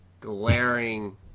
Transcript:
glaring